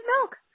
milk